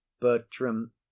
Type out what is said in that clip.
Bertram